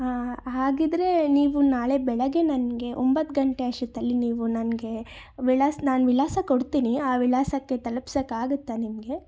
ಹಾಗಿದ್ದರೆ ನೀವು ನಾಳೆ ಬೆಳಗ್ಗೆ ನನಗೆ ಒಂಬತ್ತು ಗಂಟೆ ಅಷ್ಟೊತ್ತಲ್ಲಿ ನೀವು ನನ್ಗೆ ವಿಳಾಸ ನಾನು ವಿಳಾಸ ಕೊಡ್ತೀನಿ ಆ ವಿಳಾಸಕ್ಕೆ ತಲುಪ್ಸೋಕಾಗತ್ತಾ ನಿಮಗೆ